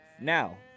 Now